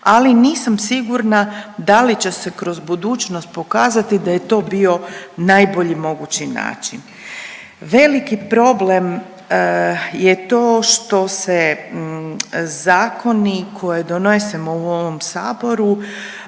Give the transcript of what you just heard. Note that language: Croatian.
ali nisam sigurna da li će se kroz budućnost pokazati da je to bio najbolji mogući način. Veliki problem je to što se zakoni koji donesemo u ovom Saboru,